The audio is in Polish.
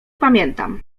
pamiętam